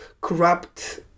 corrupt